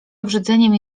obrzydzeniem